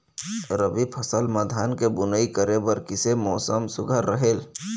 रबी फसल म धान के बुनई करे बर किसे मौसम सुघ्घर रहेल?